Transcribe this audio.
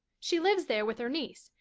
she lives there with her niece,